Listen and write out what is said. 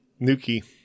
Nuki